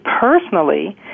personally